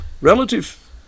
Relative